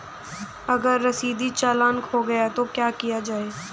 अगर रसीदी चालान खो गया तो क्या किया जाए?